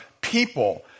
people